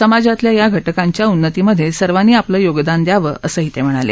समाजातल्या या घटकांच्या उन्नतीमधे सर्वांनी आपलं योगदान दयाव असंही ते म्हणाले